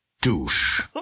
Douche